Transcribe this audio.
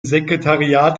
sekretariat